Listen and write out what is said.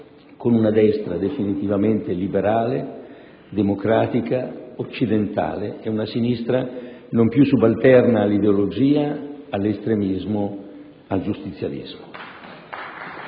con una destra definitivamente liberale, democratica, occidentale e una sinistra non più subalterna all'ideologia, all'estremismo, al giustizialismo.